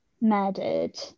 murdered